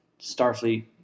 Starfleet